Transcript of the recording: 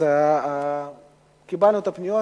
אז קיבלנו את הפניות,